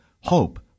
Hope